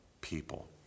people